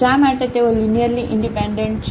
શા માટે તેઓ લિનિયરલી ઈન્ડિપેન્ડેન્ટ છે